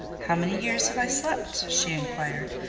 how many years have i slept? she inquired.